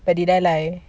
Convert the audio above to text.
but did I lie